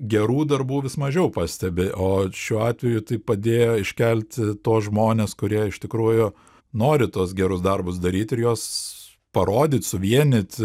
gerų darbų vis mažiau pastebi o šiuo atveju tai padėjo iškelti tuos žmones kurie iš tikrųjų nori tuos gerus darbus daryt ir juos parodyt suvienyt